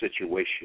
situation